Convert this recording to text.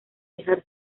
dejar